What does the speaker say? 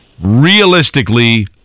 Realistically